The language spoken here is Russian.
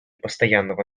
постоянного